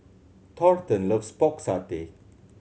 Thornton loves Pork Satay